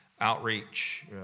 outreach